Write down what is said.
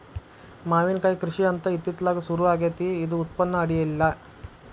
ಮಾವಿನಕಾಯಿ ಕೃಷಿ ಅಂತ ಇತ್ತಿತ್ತಲಾಗ ಸುರು ಆಗೆತ್ತಿ ಇದು ಉತ್ಪನ್ನ ಅಡಿಯಿಲ್ಲ